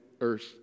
earth